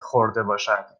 خوردهباشد